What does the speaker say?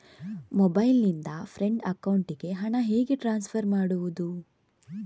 Mobile ನಿಂದ friend ಅಕೌಂಟಿಗೆ ಹಣ ಹೇಗೆ ಟ್ರಾನ್ಸ್ಫರ್ ಮಾಡುವುದು?